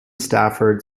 stafford